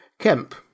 Kemp